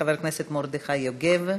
חבר הכנסת מרדכי יוגב.